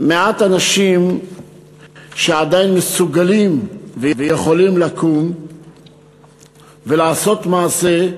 מעט אנשים שמסוגלים לקום ולעשות מעשה,